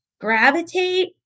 gravitate